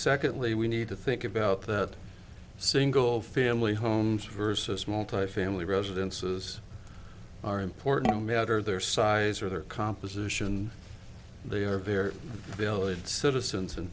secondly we need to think about that single family homes versus multifamily residences are important no matter their size or their composition they are very valid citizens and